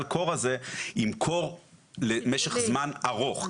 התמודדנו בגל קור הזה עם קור למשך זמן ארוך.